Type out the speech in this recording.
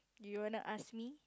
you wanna ask me